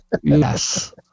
Yes